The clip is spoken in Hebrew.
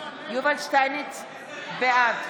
בעד